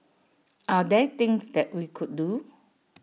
are there things that we could do